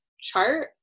chart